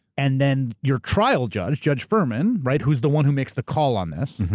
and then, you're trial judge, judge furman, right, who's the one who makes the call on this,